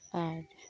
ᱟᱨ